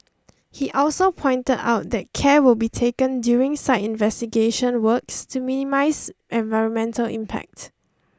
he also pointed out that care will be taken during site investigation works to minimise environmental impact